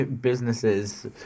businesses